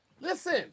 Listen